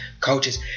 coaches